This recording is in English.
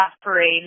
parade